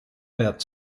pet